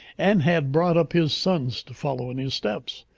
and had brought up his sons to follow in his steps.